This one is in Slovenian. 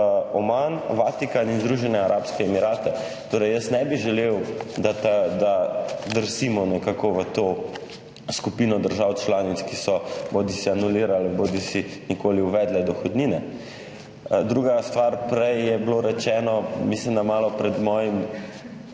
Oman, Vatikan in Združene arabske emirate. Torej jaz ne bi želel, da da drsimo nekako v to skupino držav članic, ki so bodisi anulirale bodisi nikoli uvedle dohodnine. Druga stvar, prej je bilo rečeno, mislim, da malo pred mojim